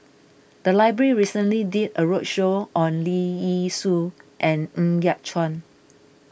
the library recently did a roadshow on Leong Yee Soo and Ng Yat Chuan